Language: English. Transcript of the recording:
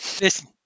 listen